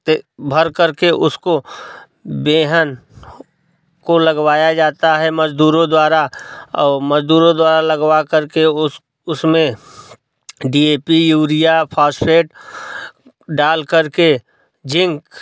ते भरकर के उसको बेहन को लगवाया जाता है मजदूरों द्वारा और मजदूरों द्वारा लगवा करके उस उसमे D A P urea phosphate डाल करके जिंक